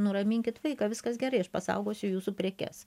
nuraminkit vaiką viskas gerai aš pasaugosiu jūsų prekes